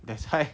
thats why